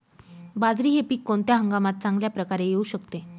बाजरी हे पीक कोणत्या हंगामात चांगल्या प्रकारे येऊ शकते?